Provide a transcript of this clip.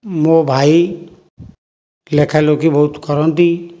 ମୋ ଭାଇ ଲେଖା ଲେଖି ବହୁତ କରନ୍ତି